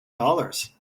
dollars